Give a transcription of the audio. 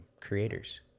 creators